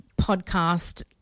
podcast